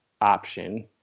option